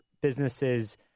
businesses